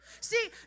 See